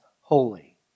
holy